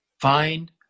find